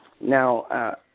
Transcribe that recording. now